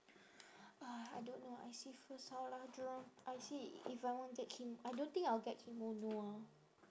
ah I don't know I see first how lah jurong I see if I want get kim~ I don't think I'll get kimono ah